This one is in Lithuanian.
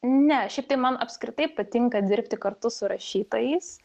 ne šiaip tai man apskritai patinka dirbti kartu su rašytojais